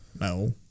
No